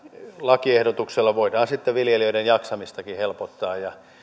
lakiehdotuksella voidaan viljelijöiden jaksamistakin helpottaa ja